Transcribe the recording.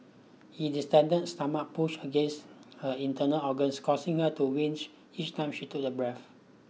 he distended stomach pushed against her internal organs causing her to wince each time she took a breath